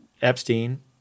epstein